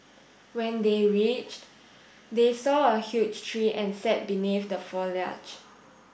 when they reached they saw a huge tree and sat beneath the foliage